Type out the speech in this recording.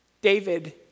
David